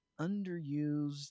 underused